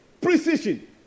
Precision